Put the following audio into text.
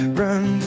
run